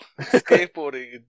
Skateboarding